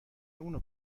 اونو